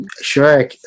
sure